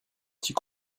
petits